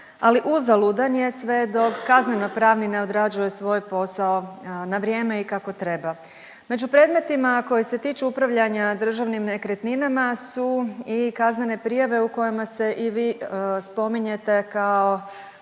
ali uzaludan je sve dok kazneno-pravni ne odrađuje svoj posao na vrijeme i kako treba. Među predmetima koji se tiču upravljanja državnim nekretninama su i kaznene prijave u kojima se i vi spominjete kao